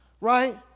right